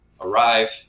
arrive